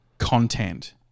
content